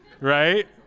right